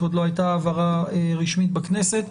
כי עוד לא הייתה העברה רשמית בכנסת,